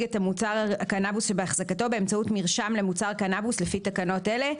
את מוצר הקנבוס שבהחזקתו באמצעות מרשם למוצר קנבוס לפי תקנות אלה".